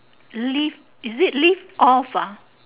live is it live off ah